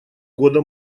года